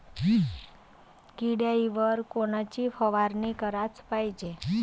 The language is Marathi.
किड्याइवर कोनची फवारनी कराच पायजे?